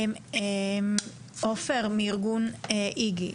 עופר מאיג"י,